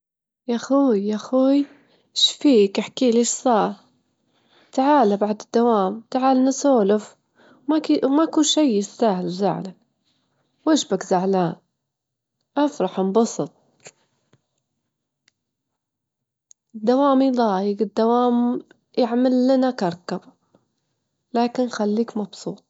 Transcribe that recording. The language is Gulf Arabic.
راح نبدأ أجولهم، راح نبدأ جولتنا بدايةً من المعالم التاريخية، متل أجول لهم المعلم، وبعدين نروح لأسواج المدينة الجديمة عشان يشوفون التقافة والتقاليد، وفي نهاية الجولة أجولهم نروح لمقاهي مشهورة عشان ياكلون ويتذوقون الأكل الكويتي التجليدي.